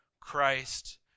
Christ